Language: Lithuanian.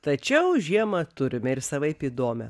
tačiau žiemą turime ir savaip įdomią